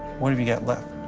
what have you got left?